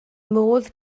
modd